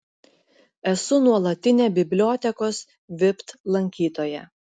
esu nuolatinė bibliotekos vipt lankytoja